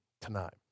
tonight